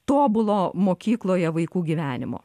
tobulo mokykloje vaikų gyvenimo